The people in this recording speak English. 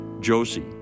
Josie